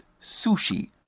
Sushi